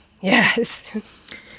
Yes